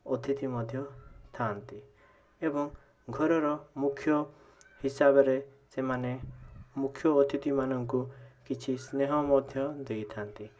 ଅତିଥି ମଧ୍ୟ ଥାଆନ୍ତି ଏବଂ ଘରର ମୁଖ୍ୟ ହିସାବରେ ସେମାନେ ମୁଖ୍ୟ ଅତିଥିମାନଙ୍କୁ କିଛି ସ୍ନେହ ମଧ୍ୟ ଦେଇଥାନ୍ତି